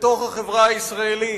בתוך החברה הישראלית.